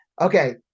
okay